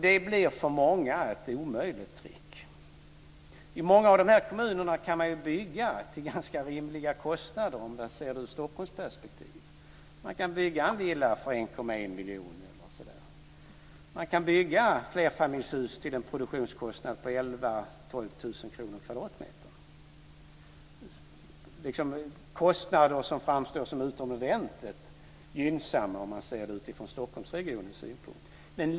Det blir för många ett omöjligt trick. I många av de här kommunerna kan man bygga till ganska rimliga kostnader, om man ser det ur ett Stockholmsperspektiv. Man kan bygga en villa för 1,1 miljoner. Man kan bygga flerfamiljshus till en produktionskostnad på 11 000-12 000 kr per kvadratmeter, en kostnad som framstår som utomordentligt gynnsam om man ser det ur Stockholmsregionens synpunkt.